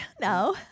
No